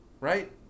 Right